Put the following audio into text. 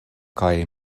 kaj